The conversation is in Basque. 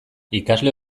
ikasle